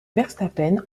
verstappen